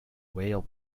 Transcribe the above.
weil